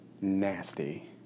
nasty